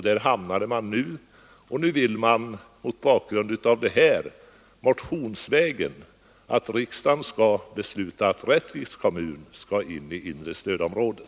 Där hamnade man också, och nu vill man motionsvägen att riksdagen skall besluta att Rättviks kommun skall in i det inre stödområdet.